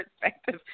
perspective